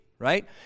right